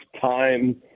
time